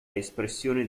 espressione